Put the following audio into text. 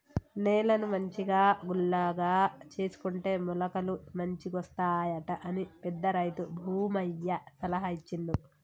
నేలను మంచిగా గుల్లగా చేసుకుంటే మొలకలు మంచిగొస్తాయట అని పెద్ద రైతు భూమయ్య సలహా ఇచ్చిండు